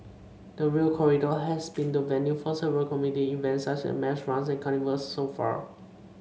the Rail Corridor has been the venue for several community events such as mass runs and carnivals so far